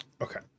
okay